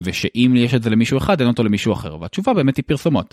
ושאם יש את זה למישהו אחד, אין אותו למישהו אחר, והתשובה באמת היא פרסומות.